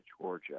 Georgia